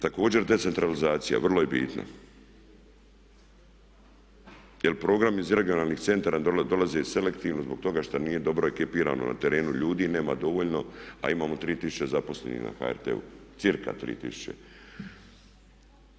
Također decentralizacija vrlo je bitna jer program iz regionalnih centara dolaze selektivno zbog toga što nije dobro ekipirano na terenu ljudi i nema dovoljno a imamo 3 tisuće zaposlenih na HRT-u, cca. 3 tisuće.